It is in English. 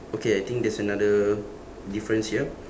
okay I think there's another difference here